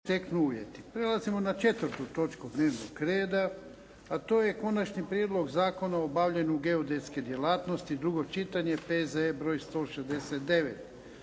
Prelazimo na 4. točku dnevnog reda, a to je - Konačni prijedlog Zakona o obavljanju geodetske djelatnosti, drugo čitanje, P.Z.E. br. 169